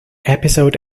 episode